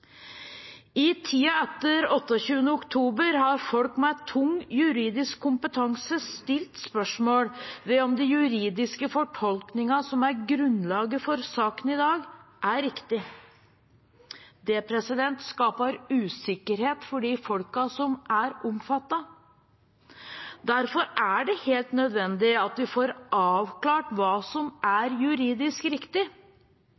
I tiden etter 28. oktober har folk med tung juridisk kompetanse stilt spørsmål ved om den juridiske fortolkningen som er grunnlaget for saken i dag, er riktig. Det skaper usikkerhet for de folka som er omfattet. Derfor er det helt nødvendig at vi får avklart hva som